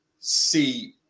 see